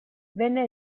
venne